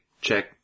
check